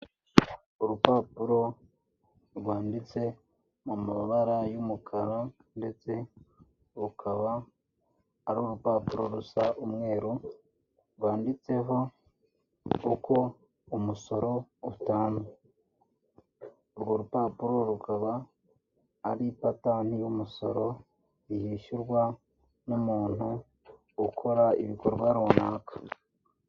Urupapuro rwanditse mu mabara y'umukara ndetse rukaba ari urupapuro rusa umweru, rwanditseho uko umusoro utangwa. Urwo rupapuro rukaba ari ipatanti y'umusoro yishyurwa n'umuntu ukora ibikorwa runaka.